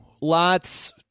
Lots